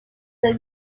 del